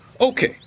Okay